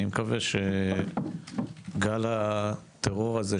אני מקווה שגל הטרור הזה,